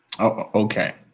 okay